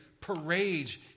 parades